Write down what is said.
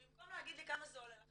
במקום להגיד לי כמה זה עולה לכם,